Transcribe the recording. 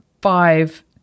five